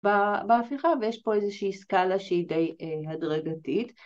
בהפיכה ויש פה איזושהי סקאלה שהיא די הדרגתית